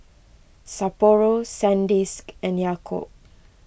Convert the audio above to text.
Sapporo Sandisk and Yakult